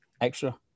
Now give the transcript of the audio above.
extra